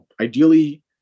Ideally